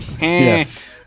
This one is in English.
yes